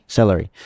Celery